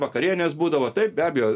vakarienės būdavo taip be abejo